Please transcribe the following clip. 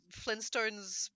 flintstones